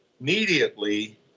Immediately